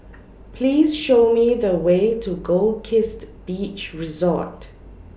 Please Show Me The Way to Goldkist Beach Resort